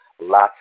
lots